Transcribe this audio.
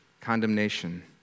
condemnation